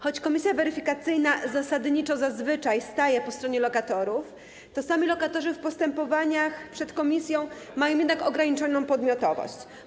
Choć komisja weryfikacyjna zasadniczo zazwyczaj staje po stronie lokatorów, to sami lokatorzy w postępowaniach przed komisją mają jednak ograniczoną podmiotowość.